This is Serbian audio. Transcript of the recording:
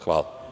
Hvala.